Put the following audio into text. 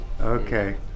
Okay